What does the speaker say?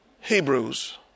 Hebrews